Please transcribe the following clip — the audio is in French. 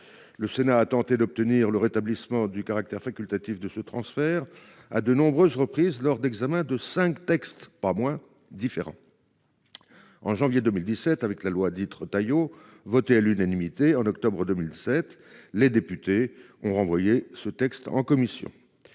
Le Sénat a tenté d'obtenir le rétablissement du caractère facultatif de ce transfert à de nombreuses reprises lors d'examen de cinq textes pas moins différents. En janvier 2017 avec la loi dite Retailleau voté à l'unanimité en octobre 2007, les députés ont renvoyé ce texte en commission.